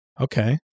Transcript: Okay